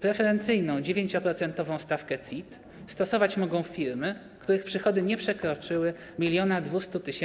Preferencyjną 9-procentową stawkę CIT stosować mogą firmy, których przychody nie przekroczyły 1200 tys.